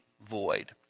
void